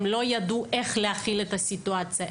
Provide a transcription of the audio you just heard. הם לא ידעו איך להכיל את הסיטואציה,